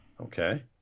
Okay